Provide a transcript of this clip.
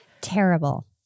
Terrible